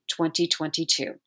2022